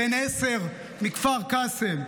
בן עשר מכפר קאסם,